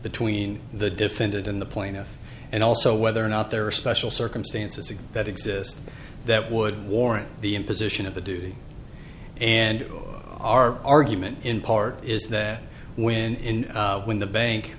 between the defendant in the point and also whether or not there are special circumstances that exist that would warrant the imposition of a duty and our argument in part is that when when the bank